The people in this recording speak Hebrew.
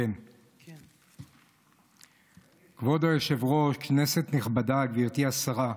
כבוד היושב-ראש, כנסת נכבדה, גברתי השרה,